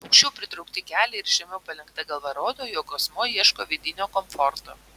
aukščiau pritraukti keliai ir žemiau palenkta galva rodo jog asmuo ieško vidinio komforto